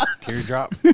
Teardrop